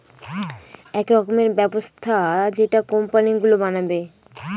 এক রকমের ব্যবস্থা যেটা কোম্পানি গুলো বানাবে